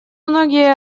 многие